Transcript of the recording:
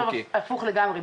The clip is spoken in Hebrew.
אני חושבת הפוך לגמרי.